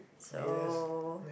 so